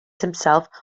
himself